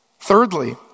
Thirdly